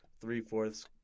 three-fourths